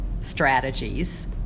strategies